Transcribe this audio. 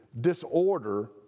disorder